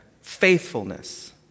faithfulness